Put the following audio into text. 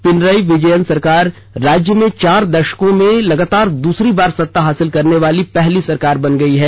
पिनराई विजयन सरकार राज्य में चार दशक में लगातार दूसरी बार सत्ता हासिल करने वाली पहली सरकार बन गयी है